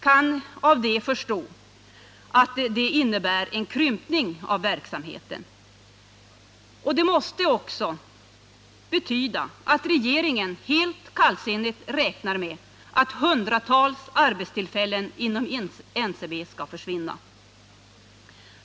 Detta måste innebära en krympning av verksamheten och även betyda att regeringen helt kallsinnigt räknar med att hundratals arbetstillfällen inom NCB skall försvinna.